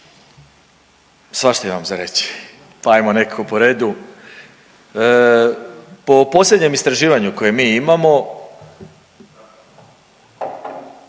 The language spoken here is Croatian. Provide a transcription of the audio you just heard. Svašta imam za reći pa ajmo nekako po redu. Po posljednjem istraživanju koje mi imamo